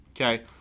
Okay